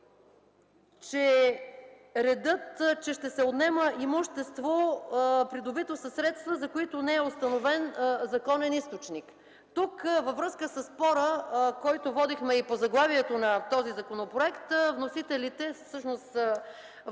казват, че ще се отнема имущество, придобито със средства, за които не е установен законен източник. Тук, във връзка със спора, който водихме и по заглавието на този законопроект, вносителите – всъщност